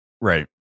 right